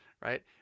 Right